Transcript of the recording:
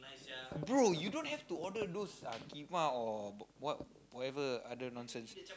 bro you don't have to order those ah keema or what whatever other nonsense